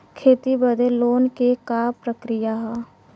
खेती बदे लोन के का प्रक्रिया ह?